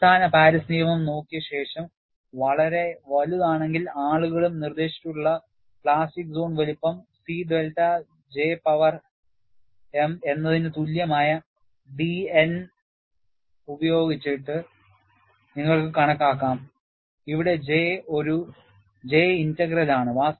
അടിസ്ഥാന പാരീസ് നിയമം നോക്കിയ ശേഷം വളരെ വലുതാണെങ്കിൽ ആളുകളും നിര്ദേശിച്ചിട്ടുള്ള പ്ലാസ്റ്റിക് സോൺ വലുപ്പം C delta J power m എന്നതിന് തുല്യമായ dN ഉപയോഗിച്ച് നിങ്ങൾക്ക് കണക്കാക്കാം ഇവിടെ J ഒരു J ഇന്റഗ്രൽ ആണ്